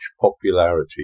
popularity